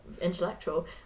Intellectual